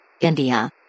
India